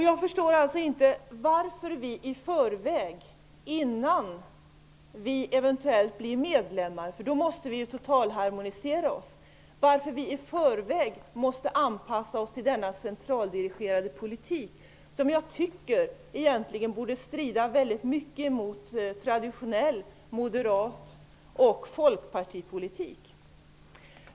Jag förstår alltså inte varför vi i förväg, innan vi eventuellt blir medlemmar, måste anpassa oss till denna centraldirigerade politik. Den borde egentligen strida väldigt mycket mot traditionell moderat och folkpartistisk politik.